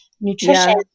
nutrition